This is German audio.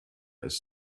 ist